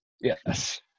Yes